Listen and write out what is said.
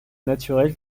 naturelle